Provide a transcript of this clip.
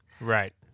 Right